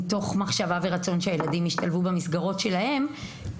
מתוך מחשבה ורצון שהילדים ישתלבו במסגרות שלהם,